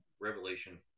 Revelation